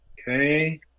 Okay